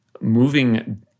moving